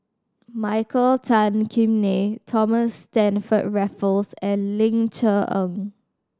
Michael Tan Kim Nei Thomas Stamford Raffles and Ling Cher Eng